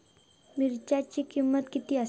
मिरच्यांची किंमत किती आसा?